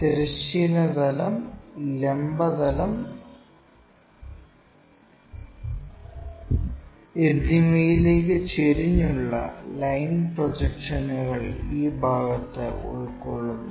തിരശ്ചീന തലം ലംബ തലം എന്നിവയിലേക്ക് ചെരിഞ്ഞുള്ള ലൈൻ പ്രൊജക്ഷനുകൾ ഈ ഭാഗത്ത് ഉൾക്കൊള്ളുന്നു